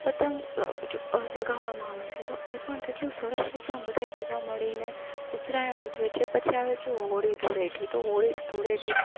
પતંગ ચ ચગાવવામાં આવે છે તો એ પણ કેટલું સરસ રીતના બધાય ભેગા મળીને ઉતરાયણ ઉજવે છે પછી આવે છે હોળી ધૂળેટી તો હોળી ધૂળેટી પણ